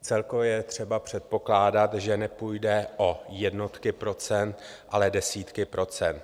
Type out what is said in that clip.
Celkově je třeba předpokládat, že nepůjde o jednotky procent, ale desítky procent.